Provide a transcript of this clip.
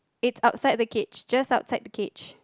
it's outside the cage just outside the cage